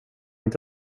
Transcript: inte